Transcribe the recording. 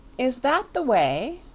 is that the way,